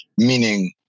meaning